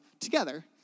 together